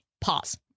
Pause